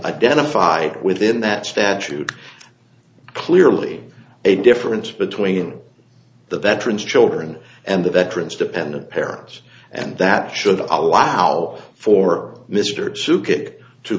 identify within that statute clearly a difference between the veterans children and the veterans dependent parents and that should allow for m